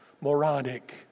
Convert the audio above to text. Moronic